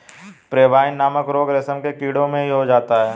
pebrine नामक रोग रेशम के कीड़ों में हो जाता है